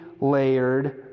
layered